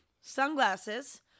sunglasses